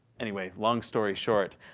anyway, long story short,